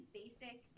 basic